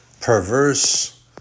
perverse